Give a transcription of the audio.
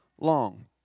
long